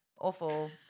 Awful